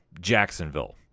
Jacksonville